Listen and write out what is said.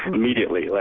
and immediately, like